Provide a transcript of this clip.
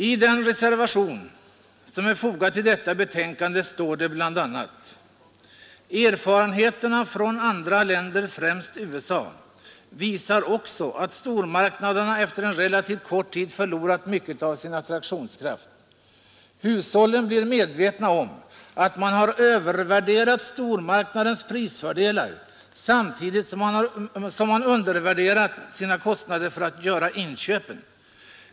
I den reservation som är fogad till detta betänkande står det bl.a.: ”Erfarenheterna från andra länder, främst USA, visar också att stormarknaderna efter en relativt kort tid förlorat mycket av sin attraktionskraft. Hushållen blir medvetna om att man har övervärderat stormarknadens prisfördelar samtidigt som man undervärderat sina kostnader för att göra inköpen.